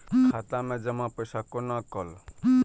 खाता मैं जमा पैसा कोना कल